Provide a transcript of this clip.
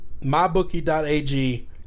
MyBookie.ag